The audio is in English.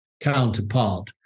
counterpart